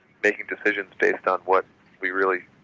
making decisions based on what we really,